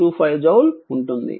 25 joule ఉంటుంది